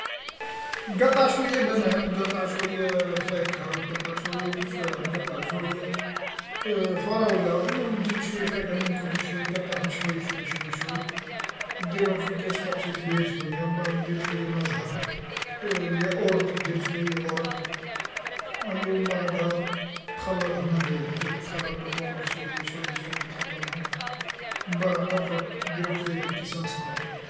نقطع شوية بنان تقطع شوية فاكهة وتقطع شوية تفاح وتقطع شوية فراولة، المهم تجيب شوية فاكهة من كل شوي تقطعهم شوية شوي شوي شوي، ديرهم في كاش طبسي كبير شوية من بعد دير شوية ما زهر الياقورت دير شوية ياأورت أيا من بعدها تخلطهم مليح تبدا تخلط بالمقرف شوية شوية شوية شوية تخلطهم من بعد ترجع ديرهم في كيسان صقار.